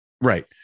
Right